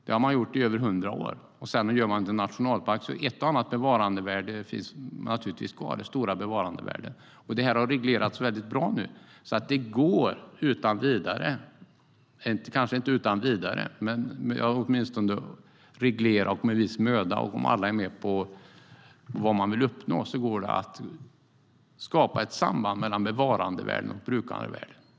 Det har man gjort i över hundra år, och sedan har området gjorts till nationalpark. Ett och annat bevarandevärde finns naturligtvis kvar, de stora bevarandevärdena. Det har nu reglerats på ett bra sätt. Det går alltså att med viss möda reglera om alla är med på vad man vill uppnå. Då går det att skapa ett samband mellan bevarandevärden och brukandevärden.